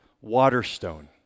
Waterstone